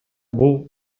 бул